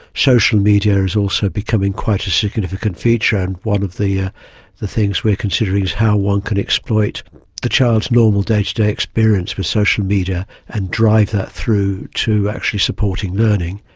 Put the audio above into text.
social media is also becoming quite a significant feature, and one of the ah the things we are considering is how one could exploit the child's normal day-to-day experience with social media and drive that through to actually supporting supporting learning.